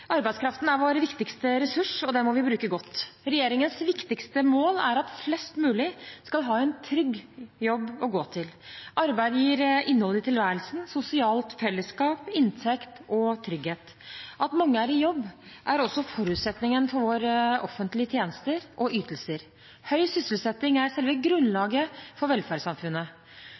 Arbeidskraften er vår viktigste ressurs, og den må vi bruke godt. Regjeringens viktigste mål er at flest mulig skal ha en trygg jobb å gå til. Arbeid gir innhold i tilværelsen, sosialt fellesskap, inntekt og trygghet. At mange er i jobb, er også forutsetningen for våre offentlige tjenester og ytelser. Høy sysselsetting er selve grunnlaget for velferdssamfunnet.